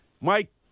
Mike